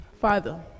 Father